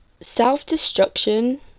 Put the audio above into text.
Self-destruction